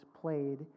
played